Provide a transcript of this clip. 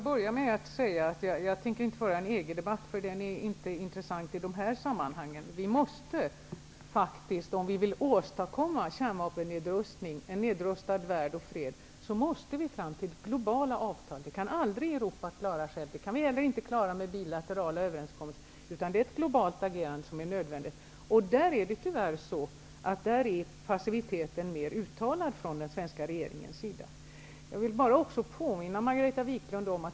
Herr talman! Jag tänker inte föra någon EG debatt, för den är inte intessant i dessa sammanhang. Vi måste faktiskt, om vi vill åstadkomma kärnvapennedrustning, en nedrustad värld och fred, skapa globala avtal. Det kan Europa aldrig klara själv. Det kan vi inte heller klara med bilaterala överenskommelser, utan ett globalt agerande är nödvändigt. Där är den svenska regeringens passivitet mer uttalad.